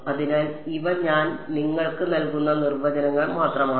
അതിനാൽ ഇവ ഞാൻ നിങ്ങൾക്ക് നൽകുന്ന നിർവചനങ്ങൾ മാത്രമാണ്